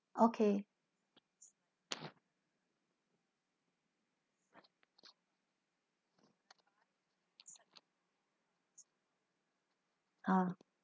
okay ah